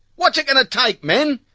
what's it gonna take, men?